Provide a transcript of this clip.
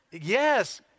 Yes